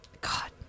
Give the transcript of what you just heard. god